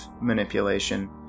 manipulation